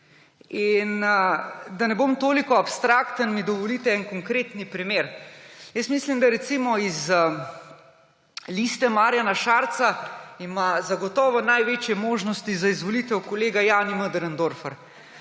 Da ne bom toliko abstrakten, mi dovolite en konkreten primer. Mislim, da ima recimo iz Liste Marjana Šarca zagotovo največje možnosti za izvolitev kolega Jani Möderndorfer,